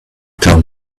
town